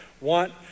want